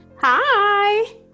Hi